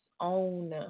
own